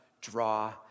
draw